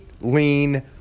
lean